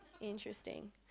Interesting